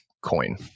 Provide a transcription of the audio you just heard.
coin